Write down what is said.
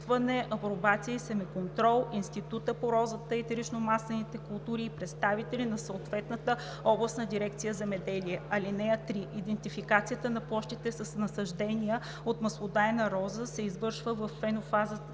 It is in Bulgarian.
(3) Идентификацията на площите с насаждения от маслодайна роза се извършва във фенофаза